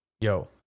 Yo